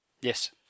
Yes